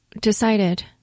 decided